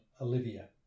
Olivia